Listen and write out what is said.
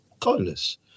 kindness